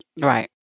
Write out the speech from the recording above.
right